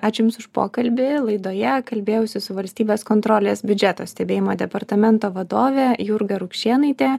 ačiū jums už pokalbį laidoje kalbėjausi su valstybės kontrolės biudžeto stebėjimo departamento vadove jurga rukšėnaitė